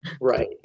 right